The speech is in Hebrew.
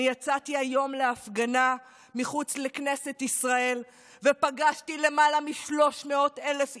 אני יצאתי היום להפגנה מחוץ לכנסת ישראל ופגשתי יותר מ-300,000 איש,